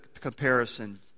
comparison